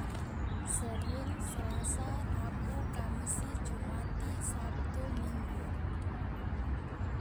Senin selasa rabu kamisi jumati sabtu minggu.